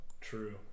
True